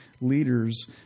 leaders